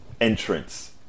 entrance